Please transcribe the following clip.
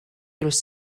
through